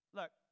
look